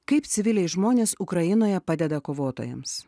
kaip civiliai žmonės ukrainoje padeda kovotojams